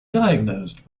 diagnosed